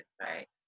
right